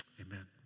Amen